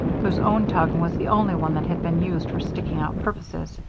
whose own tongue was the only one that had been used for sticking-out purposes.